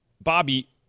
Bobby